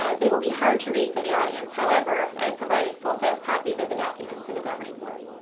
ah they will be hard to read for the audience, however, i have provided full-size copies of the documents to the governing board.